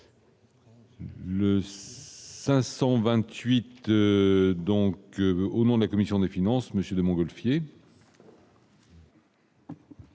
Le 528 donc, au nom de la commission des finances, Monsieur de Mongolfier.